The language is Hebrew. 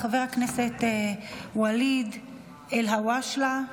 חבר הכנסת ואליד אלהואשלה,